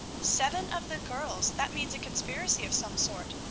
seven of the girls! that means a conspiracy of some sort,